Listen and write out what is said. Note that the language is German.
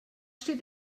steht